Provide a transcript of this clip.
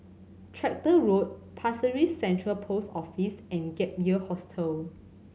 Tractor Road Pasir Ris Central Post Office and Gap Year Hostel